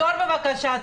תחזור בבקשה,